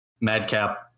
Madcap